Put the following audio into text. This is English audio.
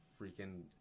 freaking